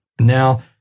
Now